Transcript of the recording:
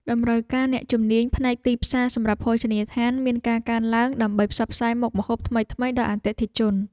តម្រូវការអ្នកជំនាញផ្នែកទីផ្សារសម្រាប់ភោជនីយដ្ឋានមានការកើនឡើង ដើម្បីផ្សព្វផ្សាយមុខម្ហូបថ្មីៗដល់អតិថិជន។